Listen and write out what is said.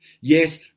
Yes